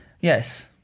yes